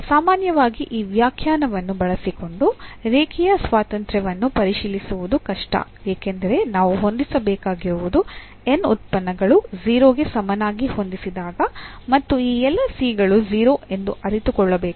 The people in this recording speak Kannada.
ಸಾಮಾನ್ಯವಾಗಿ ಈ ವ್ಯಾಖ್ಯಾನವನ್ನು ಬಳಸಿಕೊಂಡು ರೇಖೀಯ ಸ್ವಾತಂತ್ರ್ಯವನ್ನು ಪರಿಶೀಲಿಸುವುದು ಕಷ್ಟ ಏಕೆಂದರೆ ನಾವು ಹೊಂದಿಸಬೇಕಾಗಿರುವುದು n ಉತ್ಪನ್ನಗಳು 0 ಗೆ ಸಮನಾಗಿ ಹೊಂದಿಸಿದಾಗ ಮತ್ತು ಈ ಎಲ್ಲಾ c ಗಳು 0 ಎಂದು ಅರಿತುಕೊಳ್ಳಬೇಕು